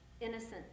Innocent